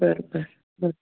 बरं बरं बरं